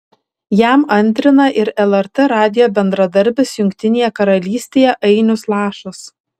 jam antrina ir lrt radijo bendradarbis jungtinėje karalystėje ainius lašas